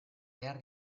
behar